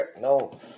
no